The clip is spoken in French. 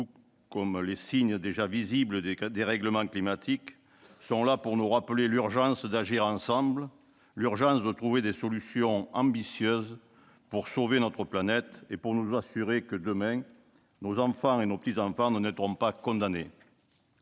comme les signes déjà visibles des dérèglements climatiques sont là pour nous rappeler l'urgence d'agir ensemble, l'urgence de trouver des solutions ambitieuses pour sauver notre planète et pour nous assurer que, demain, nos enfants et nos petits-enfants ne naîtront pas condamnés.